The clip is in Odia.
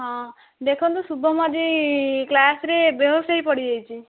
ହଁ ଦେଖନ୍ତୁ ଶୁଭମ ଆଜି କ୍ଲାସରେ ବେହୋସ ହୋଇ ପଡ଼ିଯାଇଛି